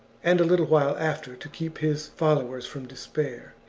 and a little while after, to keep his followers from despair,